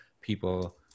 people